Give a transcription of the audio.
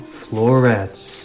florets